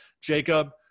Jacob